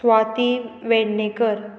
Swati Vednekar